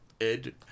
Ed